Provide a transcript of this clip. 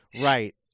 Right